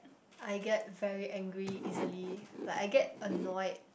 I get very angry easily like I get annoyed